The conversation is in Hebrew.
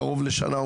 קרוב לשנה,